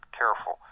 careful